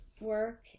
work